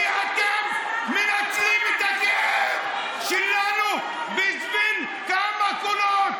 כי אתם מנצלים את הכאב שלנו בשביל כמה קולות.